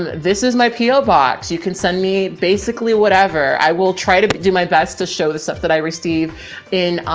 this is my po box, you can send me basically whatever. i will try to do my best to show the stuff that i received in, um,